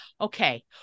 okay